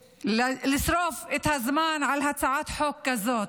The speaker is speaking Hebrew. ולשרוף את הזמן על הצעת חוק כזאת,